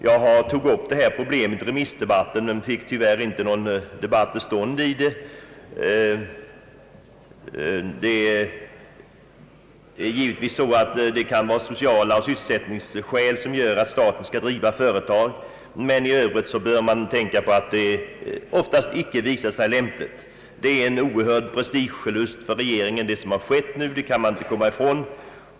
Jag tog upp detta problem i remissdebatten men fick tyvärr inte någon diskussion till stånd härom, Givetvis kan sociala skäl och sysselsättningsskäl göra att staten skall driva företag, men i övrigt bör man tänka på att det oftast inte visar sig lämpligt. Man kan inte komma ifrån att vad som nu har skett innebär en oerhörd prestigeförlust för regeringen.